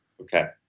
Okay